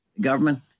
government